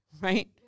right